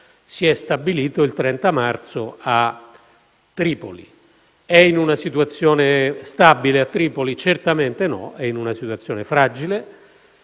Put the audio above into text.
si è stabilito il 30 marzo a Tripoli. È in una situazione stabile a Tripoli? Certamente no: è in una situazione fragile.